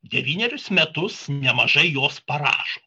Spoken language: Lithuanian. devynerius metus nemažai jos parašo